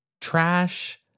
Trash